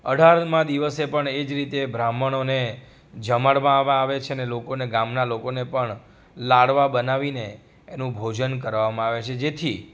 અઢારમાં દિવસે પણ એ જ રીતે બ્રાહ્મણોને જમાડવામાં આવે છે ને લોકોને ગામનાં લોકોને પણ લાડવા બનાવીને એનું ભોજન કરાવવામાં આવે છે જેથી